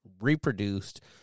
reproduced